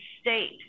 state